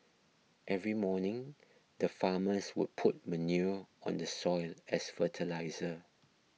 every morning the farmers would put manure on the soil as fertiliser